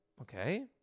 Okay